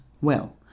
Well